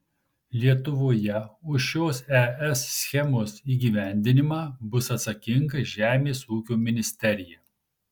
lietuvoje už šios es schemos įgyvendinimą bus atsakinga žemės ūkio ministerija